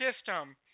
system